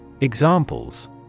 Examples